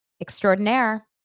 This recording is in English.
extraordinaire